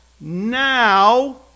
now